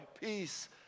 peace